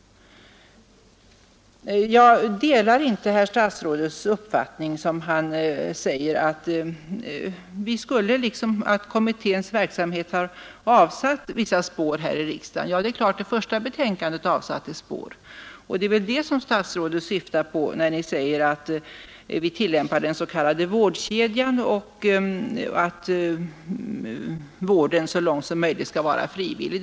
Jag delar inte statsrådets uppfattning när han säger att kommitténs verksamhet har avsatt vissa spår här i riksdagen. Det första betänkandet avsatte spår, och det är väl det som statsrådet syftar på när Ni säger att vi tillämpar den s.k. vårdkedjan och att vården så långt som möjligt skall vara frivillig.